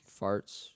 Farts